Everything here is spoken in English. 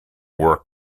work